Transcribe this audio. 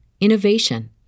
innovation